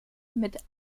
mit